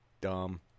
dumb